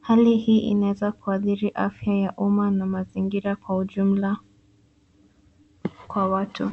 Hali hii inaweza kuadhiri afya ya umma na mazingira kwa ujumla kwa watu.